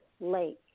lake